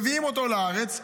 מביאות אותם לארץ.